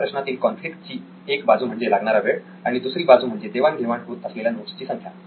या प्रश्नातील कॉन्फ्लिक्ट ची एक बाजू म्हणजे लागणारा वेळ आणि दुसरी बाजू म्हणजे देवाण घेवाण होत असलेल्या नोट्सची संख्या